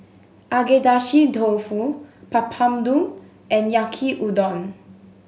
Agedashi Dofu Papadum and Yaki Udon